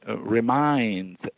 reminds